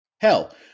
Hell